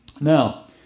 Now